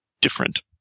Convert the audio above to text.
different